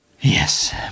Yes